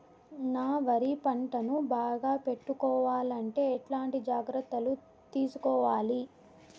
నా వరి పంటను బాగా పెట్టుకోవాలంటే ఎట్లాంటి జాగ్రత్త లు తీసుకోవాలి?